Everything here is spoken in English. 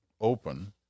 open